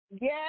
Yes